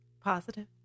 Positive